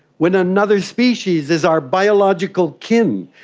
when another species is our biological kin,